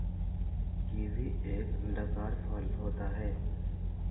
kiwi एक अंडाकार फल होता है